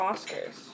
Oscars